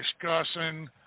discussing